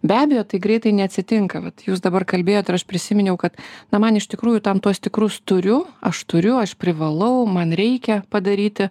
be abejo tai greitai neatsitinka vat jūs dabar kalbėjot ir aš prisiminiau kad na man iš tikrųjų tam tuos tikrus turiu aš turiu aš privalau man reikia padaryti